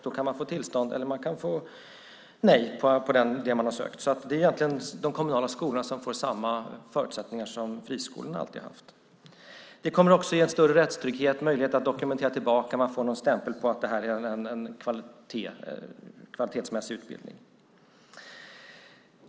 Då kan man få tillstånd för eller nej på det som man har ansökt om. Det är alltså egentligen de kommunala skolorna som får samma förutsättningar som friskolorna alltid har haft. Det kommer också att ge en större rättstrygghet och möjlighet att dokumentera tillbaka. Man får en stämpel på att det är en kvalitetsmässig utbildning man driver.